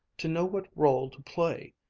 to know what role to play!